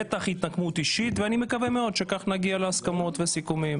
בטח התנקמות אישית ואני מקווה מאוד שכך נגיע להסכמות ולסיכומים.